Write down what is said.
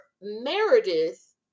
Meredith